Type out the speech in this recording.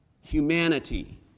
humanity